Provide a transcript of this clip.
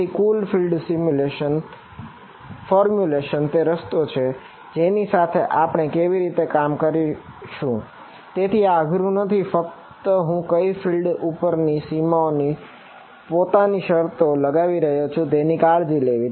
તેથી કુલ field formulation ઉપર સીમાઓની પોતાની શરતો લગાવી રહ્યો છું તેની કાળજી લેવી